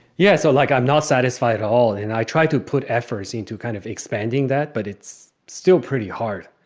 yeah. so, like, i'm not satisfied at all. and i tried to put effort into kind of expanding that, but it's still pretty hard